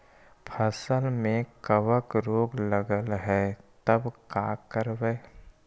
फसल में कबक रोग लगल है तब का करबै